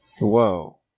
Whoa